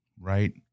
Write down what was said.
right